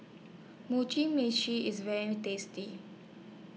Mugi Meshi IS very tasty